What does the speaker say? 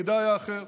תפקידה היה אחר.